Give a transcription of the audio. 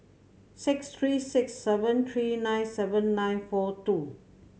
six three six seven three nine seven nine four two